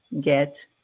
get